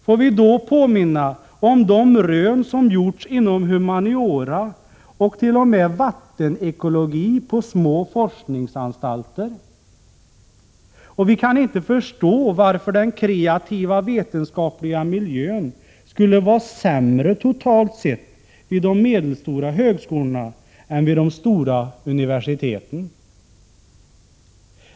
Låt mig vidare påminna om de rön som har gjorts inom humaniora och t.o.m. vattenekologi på små forskningsanstalter. Vi kan inte förstå varför den kreativa vetenskapliga miljön skulle vara sämre totalt sett vid de medelstora högskolorna än vid de stora universiteten.